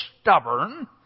stubborn